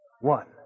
One